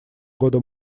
года